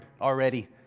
already